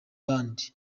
band